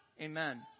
Amen